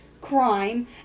crime